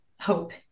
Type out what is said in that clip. hope